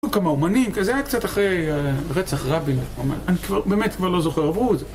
היו כמה אומנים כזה, זה היה קצת אחרי רצח רבין, אני באמת כבר לא זוכר, עברו את זה